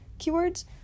keywords